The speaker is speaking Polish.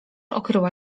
okryła